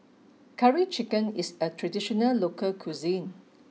Curry Chicken is a traditional local cuisine